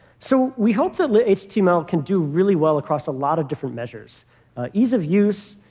so we hope that lit-html can do really well across a lot of different measures ease of use,